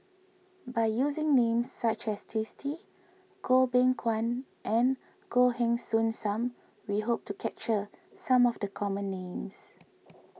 by using names such as Twisstii Goh Beng Kwan and Goh Heng Soon Sam we hope to capture some of the common names